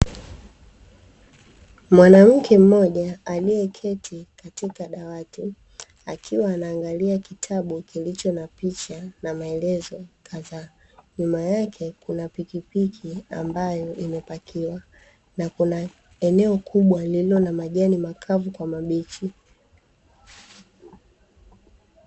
Mwanamke mmoja aliyeketi katika dawati akiwa anaangalia kitabu kilicho na picha na maelezo kadhaa, nyuma yake kuna pikipiki ambayo imepakiwa na kuna eneo kubwa lililo na majani makavu kwa mabichi.